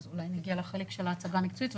אז אולי נגיע לחלק של ההצגה המקצועית,